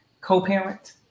co-parent